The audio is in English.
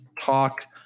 talk